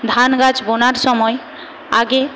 ধানগাছ বোনার সময় আগে